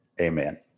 Amen